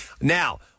Now